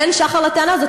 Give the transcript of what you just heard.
אין שחר לטענה הזאת.